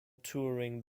touring